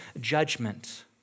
judgment